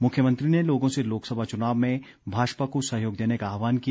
मुख्यमंत्री ने लोगों से लोकसभा चुनाव में भाजपा को सहयोग देने का आहवान किया